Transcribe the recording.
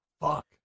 Fuck